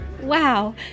Wow